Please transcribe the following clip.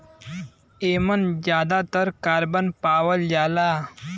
एमन जादातर कारबन पावल जाला